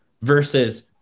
versus